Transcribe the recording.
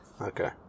Okay